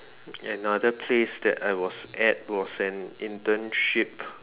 another place that I was at was an internship